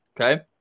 Okay